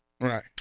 Right